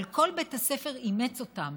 אבל כל בית הספר אימץ אותם,